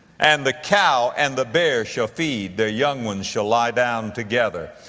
and the cow and the bear shall feed their young ones shall lie down together,